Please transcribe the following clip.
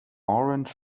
orange